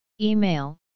Email